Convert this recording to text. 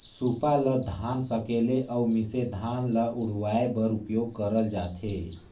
सूपा ल धान सकेले अउ मिसे धान ल उड़वाए बर उपियोग करल जाथे